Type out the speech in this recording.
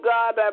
God